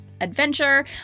adventure